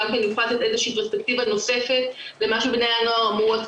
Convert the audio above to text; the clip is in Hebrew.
הוא יוכל לתת איזה שהיא פרספקטיבה נוספת למה שבני הנוער אמרו.